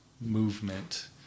movement